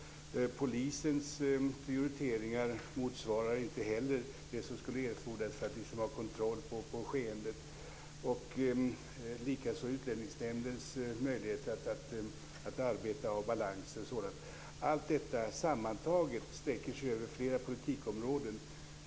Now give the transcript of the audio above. Polisens prioriteringar motsvarar inte heller det som skulle erfordras för att ha kontroll på skeendet. Detsamma gäller Utlänningsnämndens möjligheter att arbeta, balanser m.m. Allt detta sammantaget sträcker sig över flera politikområden.